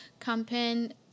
campaign